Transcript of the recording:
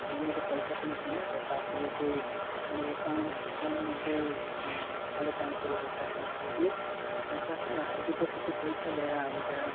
हाम्रोमा त पैसा पनि थिएन त साथीले चाहिँ मेरो एकाउन्ट एकाउन्टमा चाहिँ साढे पाँच सय रुपियाँ साथीले हालिदियो अनि त साथीले हालिदिएपछि त्यो पैसा लिएर हामी त